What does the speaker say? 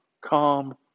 calm